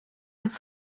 his